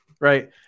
right